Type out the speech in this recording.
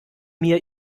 mir